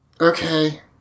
Okay